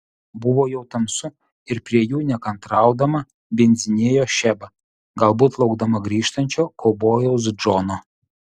buvo jau tamsu ir prie jų nekantraudama bindzinėjo šeba galbūt laukdama grįžtančio kaubojaus džono